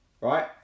right